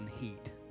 heat